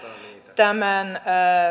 tämän